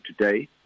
today